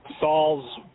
Saul's